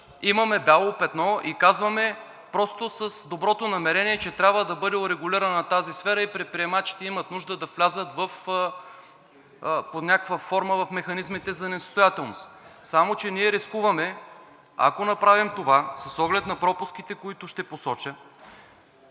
имаме бяло петно и казваме просто с доброто намерение, че трябва да бъде урегулирана тази сфера и предприемачите имат нужда да влязат под някаква форма в механизмите за несъстоятелност. Само че ние рискуваме, ако направим това, с оглед на пропуските, които ще посоча.